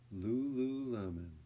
Lululemon